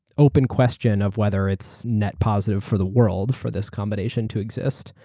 open question of whether it's net positive for the world for this combination to exist.